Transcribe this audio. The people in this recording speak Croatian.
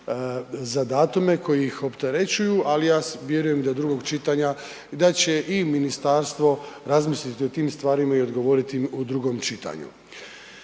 za datume koji ih opterećuju, ali ja vjerujem do drugog čitanja da će i ministarstvo razmisliti o tim stvarima i odgovoriti im u drugom čitanju.